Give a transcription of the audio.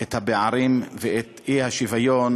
את הפערים ואת האי-שוויון